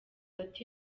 ati